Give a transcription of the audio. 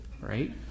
right